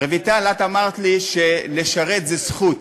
רויטל, את אמרת לי שלשרת זו זכות.